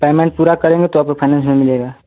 payment पूरा करेंगे तो आपको फाइनैन्स में मिलेगा